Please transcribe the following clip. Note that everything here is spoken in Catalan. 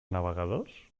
navegadors